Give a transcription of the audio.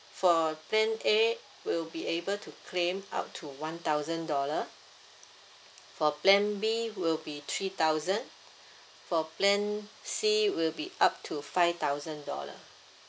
for plan A will be able to claim up to one thousand dollar for plan B will be three thousand for plan C will be up to five thousand dollar